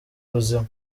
buzima